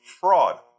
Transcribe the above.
fraud